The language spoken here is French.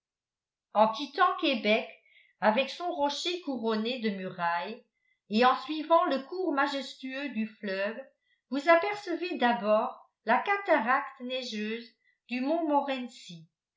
en quittant québec avec son rocher couronné de murailles et en suivant le cours majestueux du fleuve vous apercevez d'abord la cataracte neigeuse du